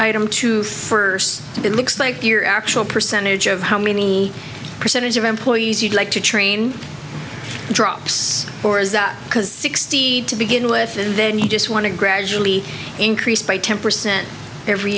item two first and it looks like your actual percentage of how many percentage of employees you'd like to train drops or is that because sixty to begin with and then you just want to gradually increased by ten percent every